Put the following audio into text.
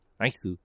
Nice